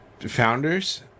founders